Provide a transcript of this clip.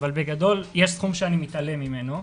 אבל בגדול, יש סכום שאני מתעלם ממנו.